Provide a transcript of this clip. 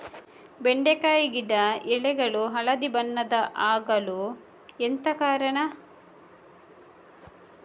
ಬೆಂಡೆಕಾಯಿ ಗಿಡ ಎಲೆಗಳು ಹಳದಿ ಬಣ್ಣದ ಆಗಲು ಎಂತ ಕಾರಣ?